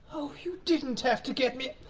you didn't have to get me a,